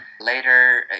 Later